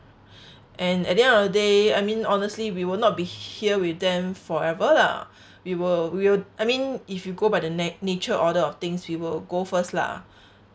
and at the end of the day I mean honestly we will not be here with them forever lah we will we'll I mean if you go by the na~ nature order of things we will go first lah